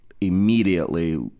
immediately